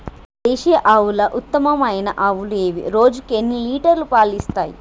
దేశీయ ఆవుల ఉత్తమమైన ఆవులు ఏవి? రోజుకు ఎన్ని లీటర్ల పాలు ఇస్తాయి?